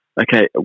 okay